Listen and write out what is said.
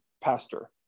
pastor